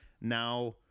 now